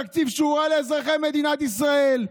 תקציב שהוא רע לאזרחי מדינת ישראל.